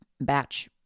batch